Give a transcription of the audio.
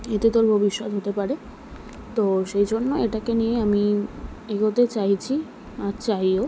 এতে তোর ভবিষ্যৎ হতে পারে তো সেই জন্য এটাকে নিয়ে আমি এগোতে চাইছি আর চাইও